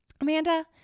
Amanda